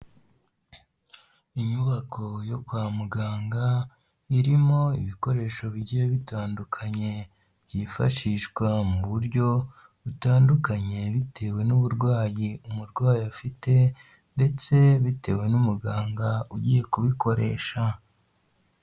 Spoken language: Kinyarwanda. Inyubako yo kwa muganga irimo ibikoresho bigiye bitandukanye, byifashishwa mu buryo butandukanye bitewe n'uburwayi umurwayi afite ndetse bitewe n'umuganga ugiye kubikoresha.